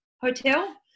Hotel